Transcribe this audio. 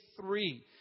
three